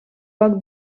poc